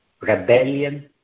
rebellion